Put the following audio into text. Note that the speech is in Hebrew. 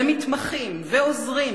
מתמחים ועוזרים,